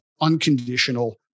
unconditional